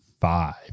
five